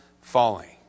falling